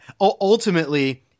ultimately